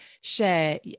share